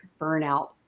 Burnout